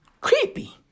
Creepy